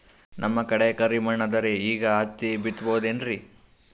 ನಮ್ ಕಡೆ ಕರಿ ಮಣ್ಣು ಅದರಿ, ಈಗ ಹತ್ತಿ ಬಿತ್ತಬಹುದು ಏನ್ರೀ?